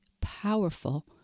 powerful